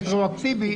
רטרואקטיבית,